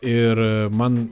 ir man